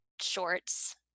shorts